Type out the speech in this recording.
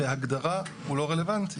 בהגדרה הוא לא רלוונטי.